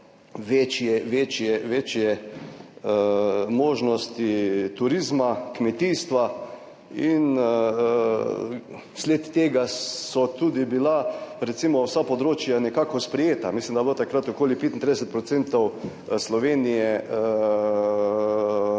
nekako v večje možnosti turizma, kmetijstva. In v sled tega so tudi bila recimo vsa področja nekako sprejeta. Mislim, da je bilo takrat okoli 35 % Slovenije